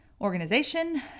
organization